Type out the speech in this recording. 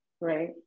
right